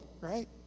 right